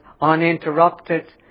uninterrupted